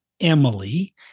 Emily